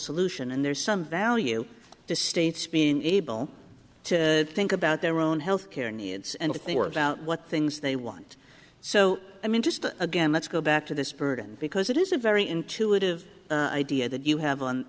solution and there's some value to states being able to think about their own health care needs and if they were about what things they want so i mean just again let's go back to this burden because it is a very intuitive idea that you have on